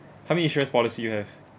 how many insurance policy you have